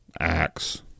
axe